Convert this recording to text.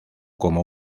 como